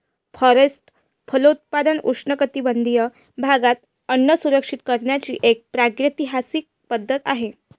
forest फलोत्पादन उष्णकटिबंधीय भागात अन्न सुरक्षित करण्याची एक प्रागैतिहासिक पद्धत आहे